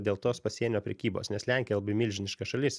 dėl tos pasienio prekybos nes lenkija labai milžiniška šalis